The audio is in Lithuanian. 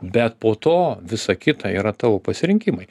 bet po to visa kita yra tavo pasirinkimai